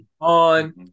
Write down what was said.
On